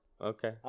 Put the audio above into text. Okay